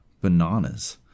bananas